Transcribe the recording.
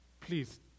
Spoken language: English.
please